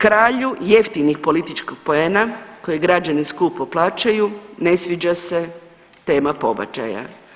Kralju jeftinih političkih poena kojeg građani skupo plaćaju ne sviđa se tema pobačaja.